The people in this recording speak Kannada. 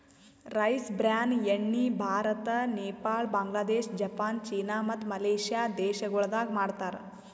ರೈಸ್ ಬ್ರಾನ್ ಎಣ್ಣಿ ಭಾರತ, ನೇಪಾಳ, ಬಾಂಗ್ಲಾದೇಶ, ಜಪಾನ್, ಚೀನಾ ಮತ್ತ ಮಲೇಷ್ಯಾ ದೇಶಗೊಳ್ದಾಗ್ ಮಾಡ್ತಾರ್